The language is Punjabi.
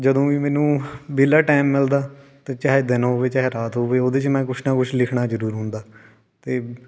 ਜਦੋਂ ਵੀ ਮੈਨੂੰ ਵਿਹਲਾ ਟਾਈਮ ਮਿਲਦਾ ਅਤੇ ਚਾਹੇ ਦਿਨ ਹੋਵੇ ਚਾਹੇ ਰਾਤ ਹੋਵੇ ਉਹਦੇ 'ਚ ਮੈਂ ਕੁਛ ਨਾ ਕੁਛ ਲਿਖਣਾ ਜ਼ਰੂਰ ਹੁੰਦਾ ਅਤੇ